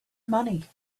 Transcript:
money